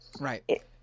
right